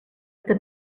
que